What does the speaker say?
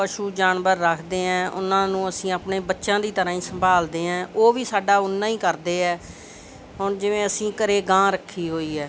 ਪਸ਼ੂ ਜਾਨਵਰ ਰੱਖਦੇ ਐਂ ਉਹਨਾਂ ਨੂੰ ਅਸੀਂ ਆਪਣੇ ਬੱਚਿਆਂ ਦੀ ਤਰ੍ਹਾਂ ਹੀ ਸੰਭਾਲਦੇ ਹਾਂ ਉਹ ਵੀ ਸਾਡਾ ਓਨਾ ਹੀ ਕਰਦੇ ਹੈ ਹੁਣ ਜਿਵੇਂ ਅਸੀਂ ਘਰੇ ਗਾਂ ਰੱਖੀ ਹੋਈ ਹੈ